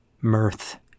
mirth